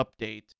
update